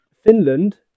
Finland